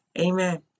Amen